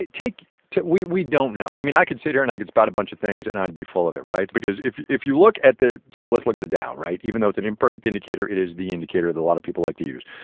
take we we don't know. i mean, i could sit here and i could spout a bunch of things, and i'd be full of it, right? because if you if you look at the so let's look at the dow, right? even though it's an imperfect indicator, it is the indicator that a lot of people like to use,